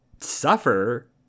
suffer